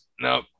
No